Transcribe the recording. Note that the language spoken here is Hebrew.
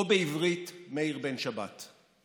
או בעברית מאיר בן שבת.